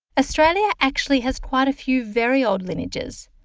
australia actually has quite a few very old lineages,